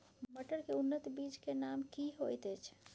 मटर के उन्नत बीज के नाम की होयत ऐछ?